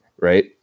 right